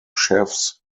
chefs